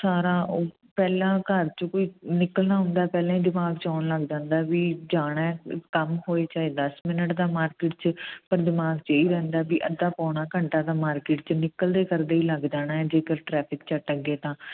ਸਾਰਾ ਪਹਿਲਾਂ ਘਰ 'ਚ ਕੋਈ ਨਿਕਲਣਾ ਹੁੰਦਾ ਪਹਿਲਾਂ ਹੀ ਦਿਮਾਗ 'ਚ ਆਉਣ ਲੱਗ ਜਾਂਦਾ ਵੀ ਜਾਣਾ ਕੰਮ ਹੋਏ ਚਾਹੇ ਦਸ ਮਿਨਟ ਦਾ ਮਾਰਕੀਟ 'ਚ ਪਰ ਦਿਮਾਗ 'ਚ ਇਹੀ ਰਹਿੰਦਾ ਵੀ ਅੱਧਾ ਪੌਣਾ ਘੰਟਾ ਤਾਂ ਮਾਰਕੀਟ 'ਚ ਨਿਕਲਦੇ ਕਰਦੇ ਲੱਗ ਜਾਣੇ ਜੇਕਰ ਟਰੈਫਿਕ 'ਚ ਅਟਕ ਗਏ ਤਾਂ